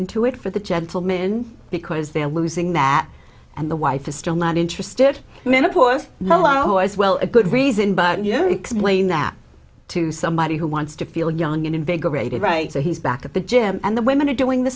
into it for the gentlemen because they're losing that and the wife is still not interested and then of course low as well a good reason but you know explain that to somebody who wants to feel young and invigorated right so he's back at the gym and the women are doing the